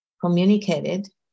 communicated